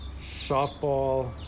softball